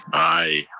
aye.